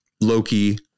Loki